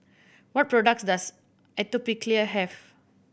what products does Atopiclair have